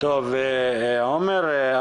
עומר,